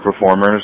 performers